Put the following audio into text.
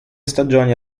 stagioni